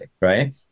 right